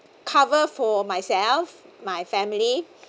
cover for myself my family